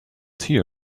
tea